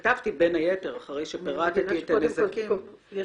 כתבתי בין היתר אחרי שפירטתי את הנזקים --- אני